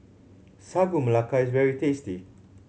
Sagu Melaka is very tasty